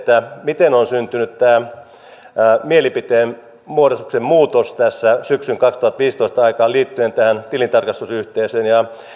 miten on syntynyt tämä mielipiteen muodostuksen muutos syksyn kaksituhattaviisitoista aikana liittyen tähän tilintarkastusyhteisöön